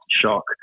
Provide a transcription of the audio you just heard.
shock